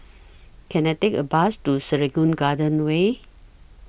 Can I Take A Bus to Serangoon Garden Way